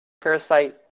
Parasite